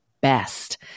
best